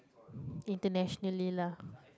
internationally lah